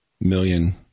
million